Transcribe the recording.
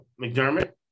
McDermott